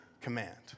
command